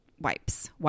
wipes